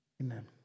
Amen